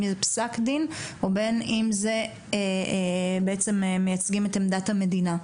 זה פסק דין או בין אם הם מייצגים את עמדת המדינה,